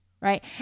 right